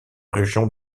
région